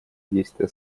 действия